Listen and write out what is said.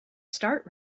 start